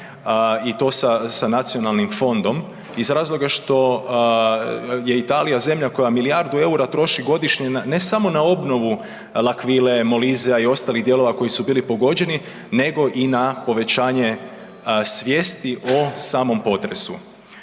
i to sa nacionalnim fondom iz razloga što je Italija zemlja koja milijardu eura troši godišnje ne samo na obnovu L'Aquile, Molisea i ostalih dijelova koji su bili pogođeni nego i na povećanje svijesti o samom potresu.